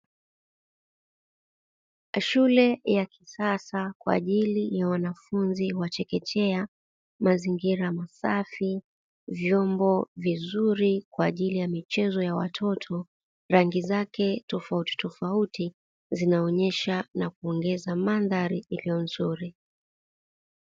Shule ya kisasa kwa ajili ya wanafunzi wa chekechea. Mazingira masafi, vyombo vizuri kwa ajili ya michezo ya watoto, rangi zake tofautitofauti zinaonyesha na kuongeza mandhari iliyo nzuri.